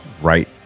right